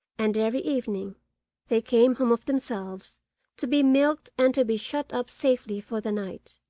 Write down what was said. and every evening they came home of themselves to be milked and to be shut up safely for the night.